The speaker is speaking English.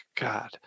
God